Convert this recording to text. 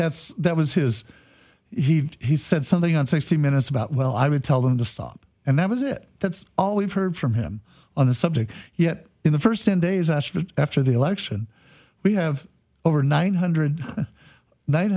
that's that was his he he said something on sixty minutes about well i would tell them to stop and that was it that's all we've heard from him on the subject yet in the first ten days after the election we have over nine hundred